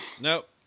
Nope